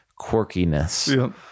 quirkiness